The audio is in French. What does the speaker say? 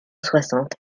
soixante